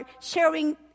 sharing